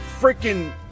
freaking